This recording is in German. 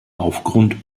aufgrund